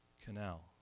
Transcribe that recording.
canal